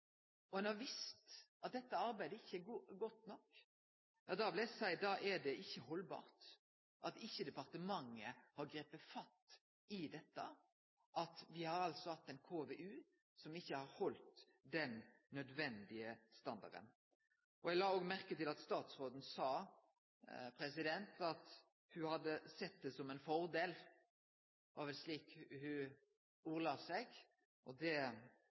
og ein har visst at dette arbeidet ikkje er godt nok. Eg vil seie at det ikkje er haldbart at ikkje departementet har gripe fatt i at me har hatt ein KVU som ikkje har heldt den nødvendige standarden. Eg la òg merke til at statsråden sa at ho hadde sett det som ein fordel, det var vel slik ho ordla seg, og for å seie det